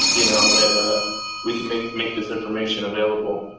you know that ah we can make make this information available.